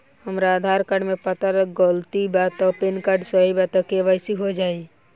हमरा आधार कार्ड मे पता गलती बा त पैन कार्ड सही बा त के.वाइ.सी हो जायी?